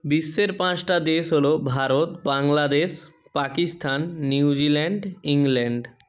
বিশ্বের পাঁচটা দেশ হলো ভারত বাংলাদেশ পাকিস্তান নিউজিল্যাণ্ড ইংল্যাণ্ড